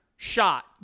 shot